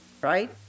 right